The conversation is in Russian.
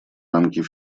рамки